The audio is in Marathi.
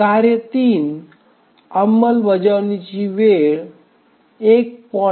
कार्ये 3 अंमलबजावणीची वेळ 1